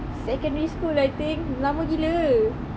secondary school I think lama gila